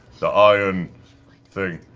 the iron thing.